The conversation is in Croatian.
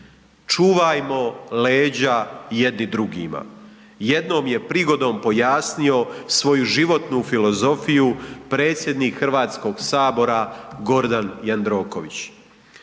Čuvajmo leđa jedni drugima, jednom je prigodom pojasnio svoju životnu filozofiju predsjednik Hrvatskog sabora Gordan Jandroković.